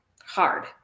hard